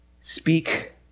Speak